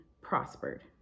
prospered